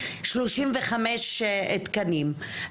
שלושים וחמישה תקנים.